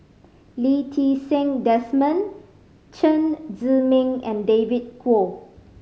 Lee Ti Seng Desmond Chen Zhiming and David Kwo